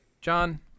John